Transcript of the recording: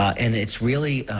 and it's really